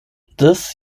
this